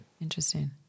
Interesting